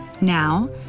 Now